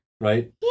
Right